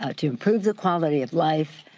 ah to improve the quality of life,